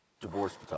Divorce